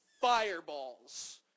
fireballs